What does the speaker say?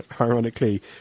ironically